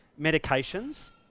medications